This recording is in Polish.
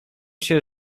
się